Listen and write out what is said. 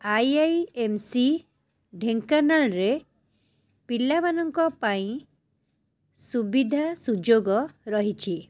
I I M C ଢେଙ୍କାନାଳରେ ପିଲାମାନଙ୍କପାଇଁ ସୁବିଧା ସୁଯୋଗ ରହିଛି